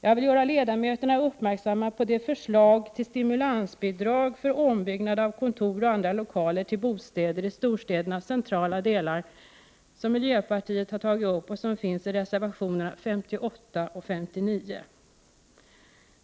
Jag vill göra ledamöterna uppmärksamma på det förslag till stimulansbidrag för ombyggnad av kontor och andra lokaler till bostäder i storstädernas centrala delar som miljöpartiet har tagit upp och som redovisas i reservationerna 58 och 59.